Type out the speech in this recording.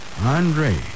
Andre